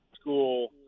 school